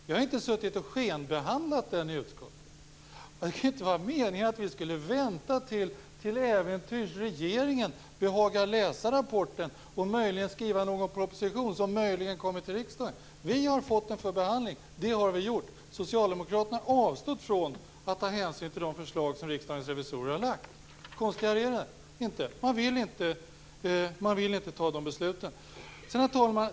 Vi har inte suttit och skenbehandlat den i utskottet. Det kan inte vara meningen att vi skulle vänta till att regeringen till äventyrs behagar läsa rapporten och möjligen skriva någon proposition, som möjligen kommer till riksdagen. Vi har fått den till behandling. Det har vi gjort. Socialdemokraterna har avstått från att ta hänsyn till de förslag som Riksdagens revisorer har lagt fram. Konstigare är det inte. Man vill inte fatta de besluten.